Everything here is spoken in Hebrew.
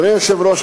אדוני היושב-ראש,